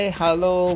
hello